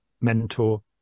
mentor